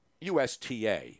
USTA